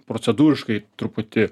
procedūriškai truputį